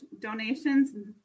donations